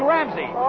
Ramsey